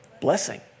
Blessing